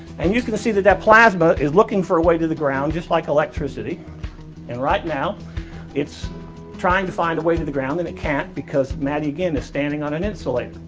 and you can see the plasma is looking for a way to the ground just like electricity and right now it's trying to find a way to the ground and it can't because maddie again is standing on an insulator.